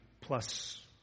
plus